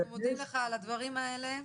אנחנו מודים לך על הדברים האלה,